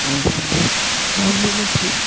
एक बार मैं भव्य में थी